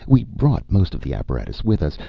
we brought most of the apparatus with us,